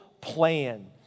plan